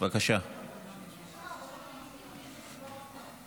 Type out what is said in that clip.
קבורה לסוהרים בבתי קברות צבאיים),